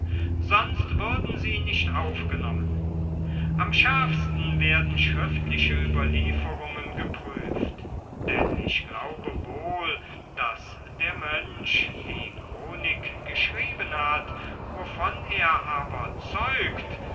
sonst würden sie nicht aufgenommen am schärfsten werden schriftliche überlieferungen geprüft denn ich glaube wohl daß der mönch die chronik geschrieben hat wovon er aber zeugt